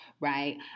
Right